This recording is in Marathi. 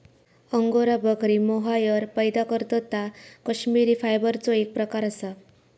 अंगोरा बकरी मोहायर पैदा करतत ता कश्मिरी फायबरचो एक प्रकार असा